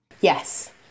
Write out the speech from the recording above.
Yes